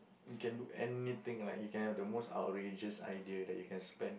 you can do anything like you can have the most outrageous idea that you can spend